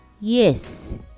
Yes